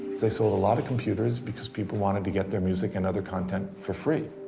they sold a lot of computers because people wanted to get their music and other content for free.